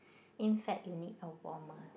inside you need a warmer